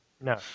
No